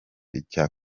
icya